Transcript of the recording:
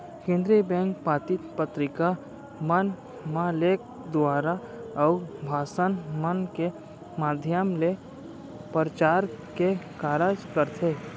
केनदरी bank पाती पतरिका मन म लेख दुवारा, अउ भासन मन के माधियम ले परचार के कारज करथे